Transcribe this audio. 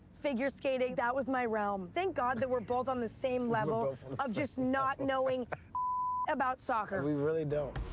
figure skating. that was my realm. thank god that we're both on the same level of of just not knowing about soccer. we really don't.